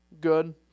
Good